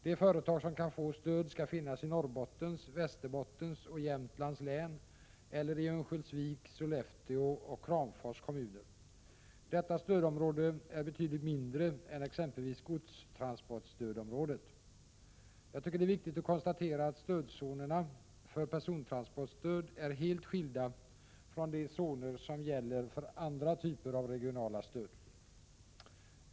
De företag som kan få stöd skall finnas i Norrbottens, Västerbottens och Jämtlands län eller i Örnsköldsviks, Sollefteå och Kramfors kommuner. Detta stödområde är betydligt mindre än exempelvis godstransportstödområdet. Jag tycker det är viktigt att konstatera att stödzonerna för persontransportstöd är helt skilda från de zoner som gäller för andra typer av regionala stöd.